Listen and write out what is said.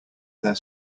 their